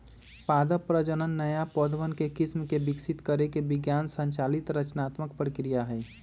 पादप प्रजनन नया पौधवन के किस्म के विकसित करे के विज्ञान संचालित रचनात्मक प्रक्रिया हई